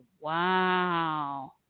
wow